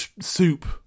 soup